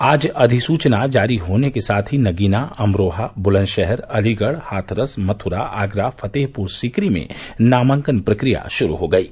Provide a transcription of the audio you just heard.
आज अधिसूचना जारी होने के साथ ही नगीना अमरोहा बुलन्दशहर अलीगढ़ हाथरस मथुरा आगरा फतेहपुर सीकरी में आज से नामांकन प्रक्रिया शुरू हो गयी